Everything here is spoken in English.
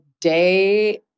day